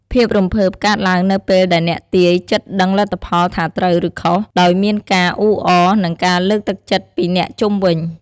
ភាពរំភើបកើតឡើងនៅពេលដែលអ្នកទាយជិតដឹងលទ្ធផលថាត្រូវ ឬខុស ដោយមានការអ៊ូអរ និងការលើកទឹកចិត្តពីអ្នកជុំវិញ។